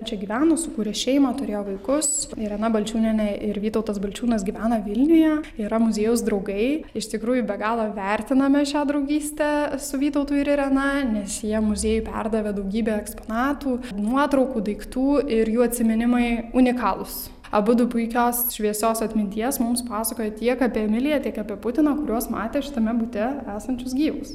čia gyveno sukūrė šeimą turėjo vaikus irena balčiūnienė ir vytautas balčiūnas gyvena vilniuje yra muziejaus draugai iš tikrųjų be galo vertiname šią draugystę su vytautu ir irena nes jie muziejui perdavė daugybę eksponatų nuotraukų daiktų ir jų atsiminimai unikalūs abudu puikios šviesios atminties mums pasakojo tiek apie emilija tiek apie putiną kuriuos matė šitame bute esančius gyvus